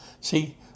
See